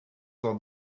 dans